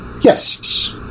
Yes